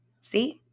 See